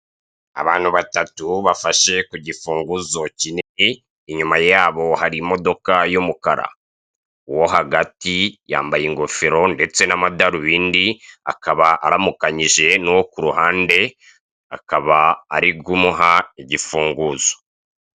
Abantu batatu bafashe ku gifunguzo kinini inyuma yabo hari imodoka y'umukara, uwo hagati yambaye ingofero ndetse n'amadarobindi akaba aramukanyije n'uwo kuruhande akaba ari kumuha igifunguzo.